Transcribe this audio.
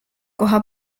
koha